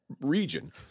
region